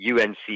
UNC